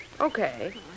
Okay